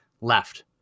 left